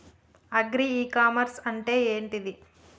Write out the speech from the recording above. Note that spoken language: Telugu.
అగ్రి ఇ కామర్స్ అంటే ఏంటిది?